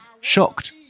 shocked